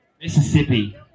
Mississippi